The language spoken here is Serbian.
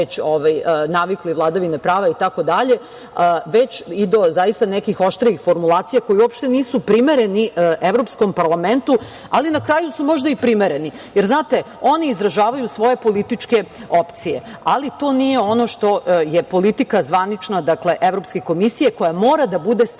već navikli od vladavine prava, već i do zaista nekih oštrijih formulacija koje uopšte nisu primerene Evropskom parlamentu, ali na kraju su možda i primereni. Jer znate, oni izražavaju svoje političke opcije, ali to nije ono što je politika zvanična Evropske komisije koja mora da bude statusno